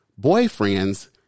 boyfriends